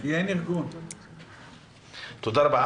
תודה רבה.